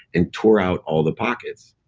and tore out all the pockets.